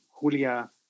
Julia